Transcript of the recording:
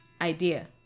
idea